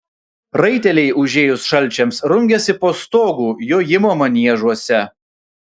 raiteliai užėjus šalčiams rungiasi po stogu jojimo maniežuose